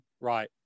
right